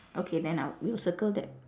okay then I'll we'll circle that